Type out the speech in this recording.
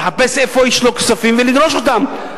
לחפש איפה יש לו כספים ולדרוש אותם.